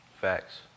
Facts